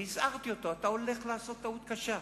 הזהרתי אותו: אתה הולך לעשות טעות קשה.